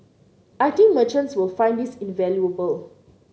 I think merchants will find this invaluable